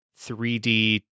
3d